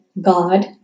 God